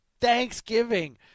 Thanksgiving